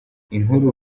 inkuru